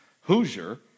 Hoosier